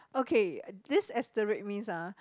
okay this asterisk means ah